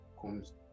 comes